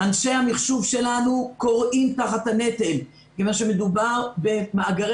אנשי המחשוב שלנו כורעים תחת הנטל מכיוון שמדובר במאגרי